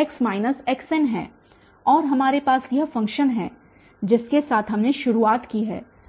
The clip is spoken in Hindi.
x0x x1 है और हमारे पास यह फ़ंक्शन है जिसके साथ हमने शुरुआत की है